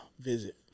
visit